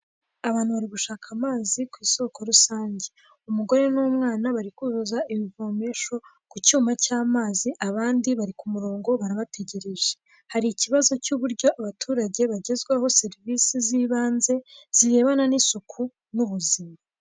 Abantu bari gushaka amazi ku isoko rusange. Umugore n'umwana bari kuzuza ibivomesho ku cyuma cy'amazi abandi bari ku murongo barabategereje. Hari ikibazo cy'uburyo abaturage bagezwaho serivisi z'ibanze, zirebana n'isuku n'ubuzima.